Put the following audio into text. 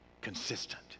consistent